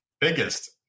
Biggest